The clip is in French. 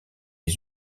les